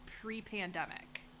pre-pandemic